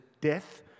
death